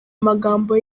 magambo